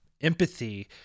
empathy